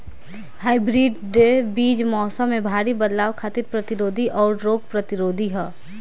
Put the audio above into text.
hybrid बीज मौसम में भारी बदलाव खातिर प्रतिरोधी आउर रोग प्रतिरोधी ह